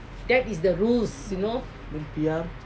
then P_R